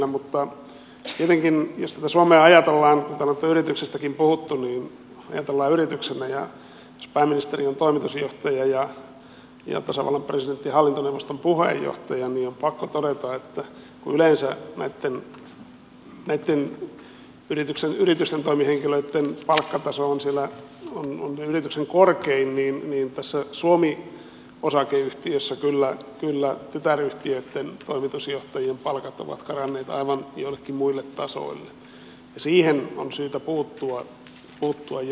tietenkin jos tätä suomea ajatellaan kun on täällä näistä yrityksistäkin puhuttu yrityksenä ja jos pääministeri on toimitusjohtaja ja tasavallan presidentti hallintoneuvoston puheenjohtaja niin on pakko todeta että kun yleensä näitten yritysten toimihenkilöitten palkkataso on siellä yrityksen korkein niin tässä suomi osakeyhtiössä kyllä tytäryhtiöitten toimitusjohtajien palkat ovat karanneet aivan joillekin muille tasoille ja siihen on syytä puuttua jatkossakin